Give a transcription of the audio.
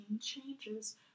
changes